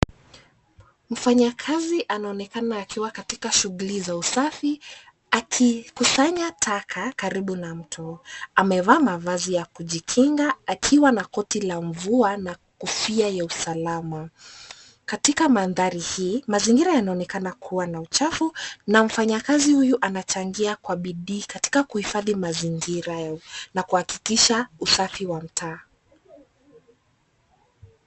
Mfanyakazi anaonekana akiwa katika shughuli za usafi akikusanya taka karibu na mto. Amevaa mavazi ya kujikinga akiwa na koti la mvua na kofia ya usalama. Katika mandhari hii, mazingira yanaonekana kuwa na uchafu na mfanyakazi huyu anachangia kwa bidii katika kuhifadhi mazingira hayo na kuhakikisha usafi wa mtaa.